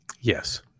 Yes